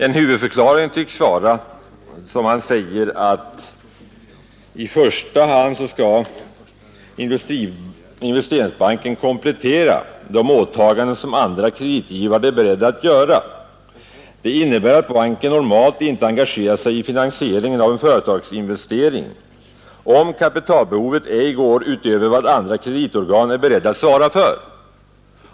En huvudförklaring tycks vara att Investeringsbanken i första hand skall komplettera de åtaganden som andra kreditgivare är beredda att göra. Det innebär att banken normalt inte engagerar sig i finansieringen av en företagsinvestering, om kapitalbehovet ej går utöver vad andra kreditorgan är beredda att svara för.